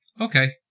okay